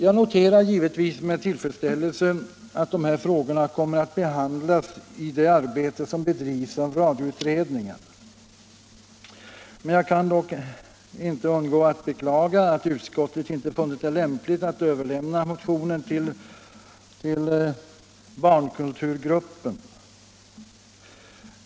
Jag noterar givetvis med tillfredsställelse att de här frågorna kommer att behandlas i det arbete som bedrivs inom radioutredningen. Jag kan dock inte underlåta att beklaga att utskottet inte funnit det lämpligt att överlämna motionen till barnkulturgruppen.